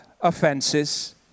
offenses